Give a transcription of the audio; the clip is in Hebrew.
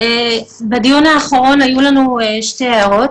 בדיון האחרון היו לנו שתי הערות